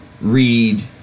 read